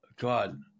God